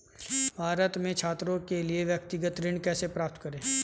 भारत में छात्रों के लिए व्यक्तिगत ऋण कैसे प्राप्त करें?